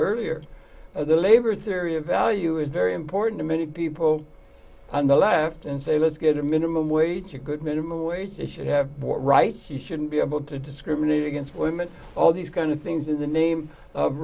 earlier the labor theory of value is very important to many people on the left and say let's get a minimum wage a good minimum wage they should have right he shouldn't be able to discriminate against women all these kind of things in the name of